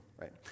right